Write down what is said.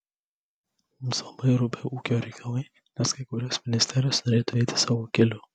mums labai rūpi ūkio reikalai nes kai kurios ministerijos norėtų eiti savo keliu